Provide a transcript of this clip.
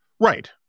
Right